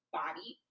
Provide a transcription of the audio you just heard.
body